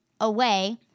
away